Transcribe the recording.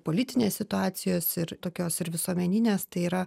politinės situacijos ir tokios ir visuomeninės tai yra